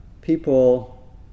people